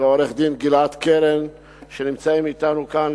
ועורך-דין גלעד קרן, שנמצאים אתנו כאן.